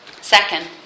Second